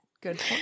Good